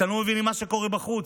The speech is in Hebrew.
אתם לא מבינים מה שקורה בחוץ.